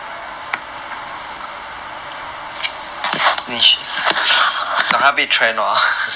no no no no memories no impression